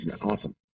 awesome